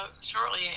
shortly